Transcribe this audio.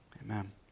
Amen